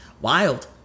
wild